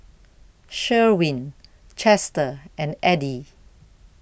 Sherwin Chester and Eddie